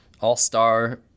all-star